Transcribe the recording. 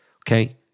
Okay